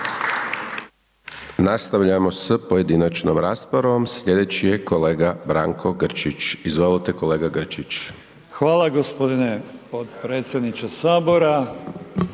Nastavljamo s pojedinačnom raspravom, slijedeći je kolega Branko Grčić. Izvolite kolega Grčić. **Grčić, Branko (SDP)** Hvala gospodine potpredsjedniče sabora,